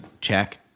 check